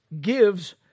gives